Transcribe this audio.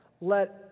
Let